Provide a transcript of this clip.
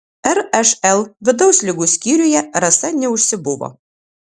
ršl vidaus ligų skyriuje rasa neužsibuvo